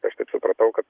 aš taip supratau kad